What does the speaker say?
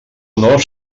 honor